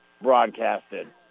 broadcasted